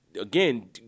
again